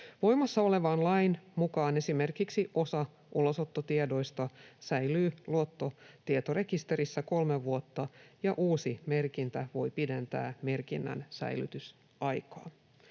Voimassa olevan lain mukaan esimerkiksi osa ulosottotiedoista säilyy luottotietorekisterissä kolme vuotta ja uusi merkintä voi pidentää merkinnän säilytysaikaa.